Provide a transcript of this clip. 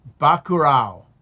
Bacurau